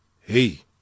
hey